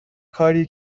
کاری